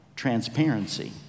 Transparency